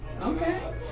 Okay